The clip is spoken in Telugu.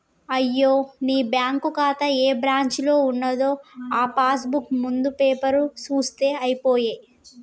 అయ్యో నీ బ్యాంకు ఖాతా ఏ బ్రాంచీలో ఉన్నదో ఆ పాస్ బుక్ ముందు పేపరు సూత్తే అయిపోయే